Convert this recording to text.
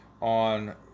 on